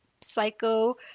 psycho